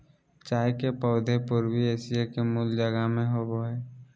चाय के पौधे पूर्वी एशिया के मूल जगह में होबो हइ